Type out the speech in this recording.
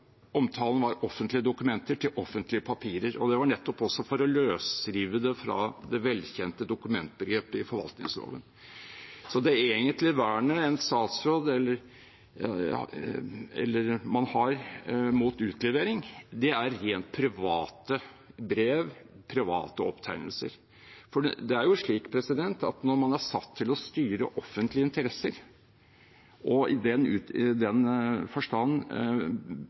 omtalen var offentlige dokumenter, til offentlige papirer, og det var nettopp også for å løsrive det fra det velkjente dokumentbegrepet i forvaltningsloven. Så det egentlige vernet man har mot utlevering, gjelder rent private brev, private opptegnelser. Når man er satt til å styre offentlige interesser og i den forstand